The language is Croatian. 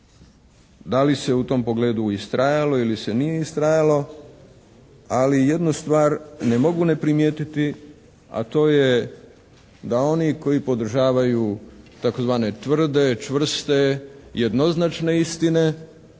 da li se u tom pogledu istrajalo ili se nije istrajalo. Ali jednu stvar ne mogu ne primijetiti, a to je da oni koji podržavaju tzv. tvrde, čvrste, jednoznačne istine